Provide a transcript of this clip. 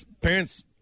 Parents